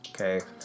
okay